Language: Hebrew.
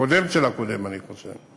והקודם של הקודם, אני חושב.